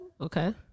Okay